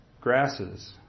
grasses